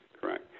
correct